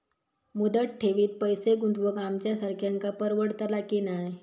मुदत ठेवीत पैसे गुंतवक आमच्यासारख्यांका परवडतला की नाय?